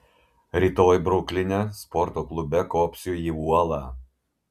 rytoj brukline sporto klube kopsiu į uolą